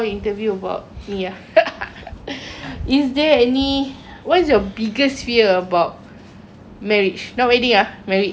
is there any what's your biggest fear about marriage not wedding ah marriage biggest fear for like for example